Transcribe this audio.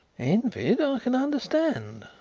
envied, i can understand.